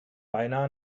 beinahe